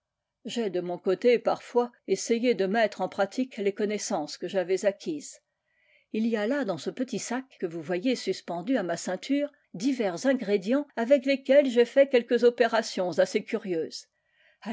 j'ai de mon côté parfois essayé de mettre en pratique les connaissances que j'avais acquises il y a là dans ce petit sac que vous voyez suspendu à ma ceinture divers ingrédients avec lesquels j'ai fait quelques opérations assez curieuses